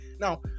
Now